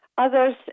Others